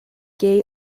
gay